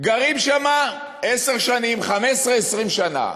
גרים שם עשר שנים, 15 20 שנה.